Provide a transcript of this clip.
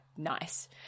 nice